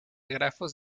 grafos